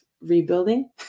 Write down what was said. rebuilding